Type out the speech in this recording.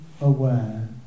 aware